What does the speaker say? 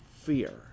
fear